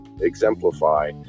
exemplify